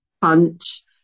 punch